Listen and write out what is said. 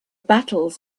battles